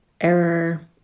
error